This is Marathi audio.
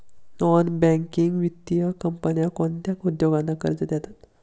नॉन बँकिंग वित्तीय कंपन्या कोणत्या उद्योगांना कर्ज देतात?